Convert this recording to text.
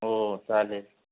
हो चालेल